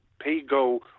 pay-go